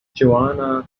johanna